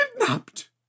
Kidnapped